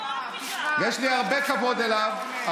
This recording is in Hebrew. יש לי הרבה כבוד אליו,